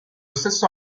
stesso